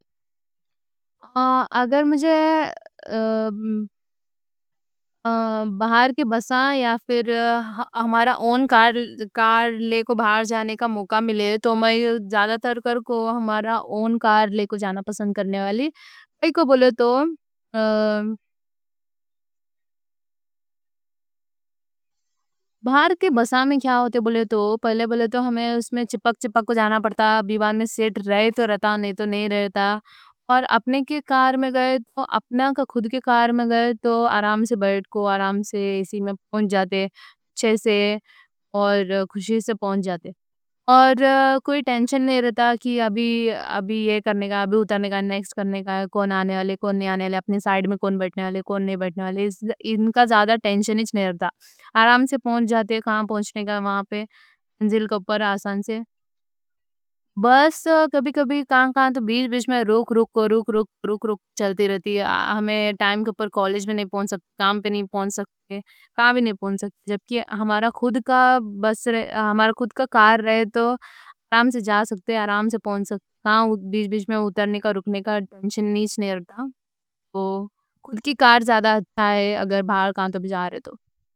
اگر مجھے باہر کے بسوں یا پھر ہمارا اون کار لے کو باہر جانے کا موقع ملے تو میں زیادہ تر ہمارا اون کار لے کو جانا پسند کرنے والی۔ بولے تو باہر کے بسوں میں کیا ہوتے بولے تو پہلے بولے تو ہمیں اس میں چپک چپک کو جانا پڑتا، بیوان میں سیٹ رہے تو رہتا، نہیں تو نہیں رہتا۔ اور اپنے کے کار میں گئے، اپنا کا خود کے کار میں گئے تو آرام سے بیٹھ کو، آرام سے اسی میں پہنچ جاتے، اچھے سے اور خوشی سے پہنچ جاتے اور کوئی ٹینشن نہیں رہتا کہ ابھی یہ کرنے کا، ابھی اترنے کا، نیکس کرنے کا، کون آنے والے کون نہیں آنے والے، اپنی سائیڈ میں کون بٹھنے والے کون نہیں بٹھنے والے؛ ان کا زیادہ ٹینشن ہی نہیں رہتا۔ آرام سے پہنچ جاتے، کہاں پہنچنے کا۔ بس بیچ بیچ میں رک کے پہنچ رہتے جبکہ ہمارا خود کا کار رہے تو آرام سے جا سکتے، آرام سے پہنچ سکتے۔ کہاں بس میں اترنے کا رکنے کا ٹینشن تو کل کی کار زیادہ ہوتا ہے اگر باہر کانٹ بجا رہے تو۔